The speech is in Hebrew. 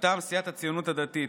מטעם סיעת הציונות הדתית,